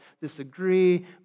disagree